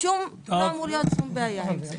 לא אמורה להיות בעיה עם זה.